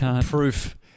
proof